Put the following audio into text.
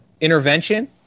Intervention